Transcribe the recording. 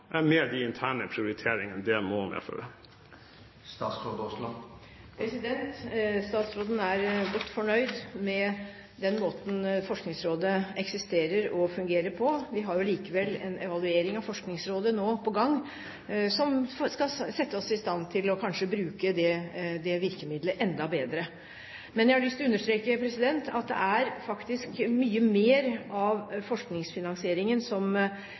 med de interne prioriteringene det må medføre. Statsråden er godt fornøyd med den måten Forskningsrådet eksisterer og fungerer på. Vi har jo likevel en evaluering av Forskningsrådet på gang, som skal sette oss i stand til kanskje å bruke det virkemidlet enda bedre. Men jeg har lyst til å understreke at det faktisk er mye mer av forskningsfinansieringen som